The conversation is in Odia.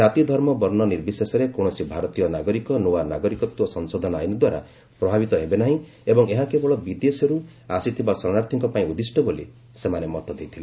କାତି ଧର୍ମ ବର୍ଷ୍ଣ ନିର୍ବିଶେଷରେ କକିଣସି ଭାରତୀୟ ନାଗରିକ ନୂଆ ନାଗରିକତ୍ୱ ସଂଶୋଧନ ଆଇନଦ୍ୱାରା ପ୍ରଭାବିତ ହେବେ ନାହିଁ ଏବଂ ଏହା କେବଳ ବିଦେଶରୁ ଆସିଥିବା ଶରଣାର୍ଥୀଙ୍କ ପାଇଁ ଉଦ୍ଦିଷ୍ଟ ବୋଲି ସେମାନେ ମତ ଦେଇଥିଲେ